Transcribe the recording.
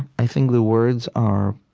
i think the words are